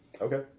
Okay